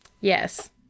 Yes